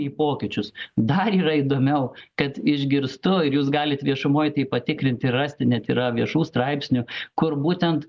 į pokyčius dar yra įdomiau kad išgirstu ir jūs galit viešumoj tai patikrinti rasti net yra viešų straipsnių kur būtent